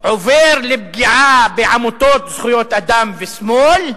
עובר לפגיעה בעמותות זכויות אדם ושמאל,